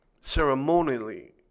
ceremonially